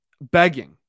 Begging